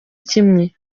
kimwe